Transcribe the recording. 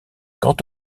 quant